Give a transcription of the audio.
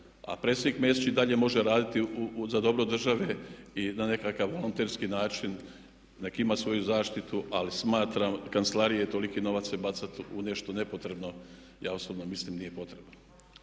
a predsjednik Mesić i dalje može raditi za dobro države i na nekakav volonterski način, nek' ima svoju zaštitu ali smatram kancelarije, toliki novac se bacat u nešto nepotrebno ja osobno mislim da nije potrebno.